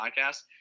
podcast